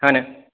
হয় নি